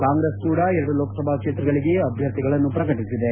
ಕಾಂಗ್ರೆಸ್ ಕೂಡ ಎರಡು ಲೋಕಸಭಾ ಕ್ಷೇತ್ರಗಳಿಗೆ ಅಭ್ಯರ್ಥಿಯನ್ನು ಪ್ರಕಟಿಸಿದೆ